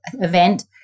event